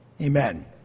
Amen